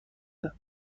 است